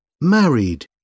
Married